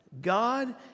God